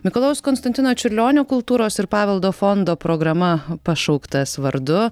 mikalojaus konstantino čiurlionio kultūros ir paveldo fondo programa pašauktas vardu